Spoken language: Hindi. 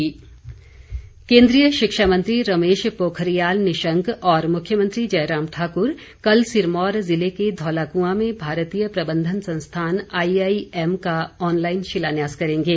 शिलान्यास केन्द्रीय शिक्षा मंत्री रमेश पोखरियाल निशंक और मुख्यमंत्री जयराम ठाक्र कल सिरमौर ज़िले के धौलाकुआं में भारतीय प्रबंधन संस्थान आईआईएम का ऑनलाइन शिलान्यास करेंगे